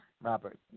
Robert